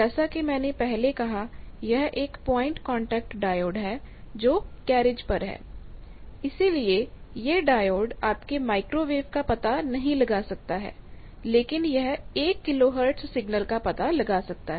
जैसा कि मैंने पहले कहा यह एक पॉइंट कांटेक्ट डायोड है जो कैरिज पर है इसलिए यह डायोड आपके माइक्रोवेव का पता नहीं लगा सकता है लेकिन यह 1 किलोहर्ट्ज सिग्नल का पता लगा सकता है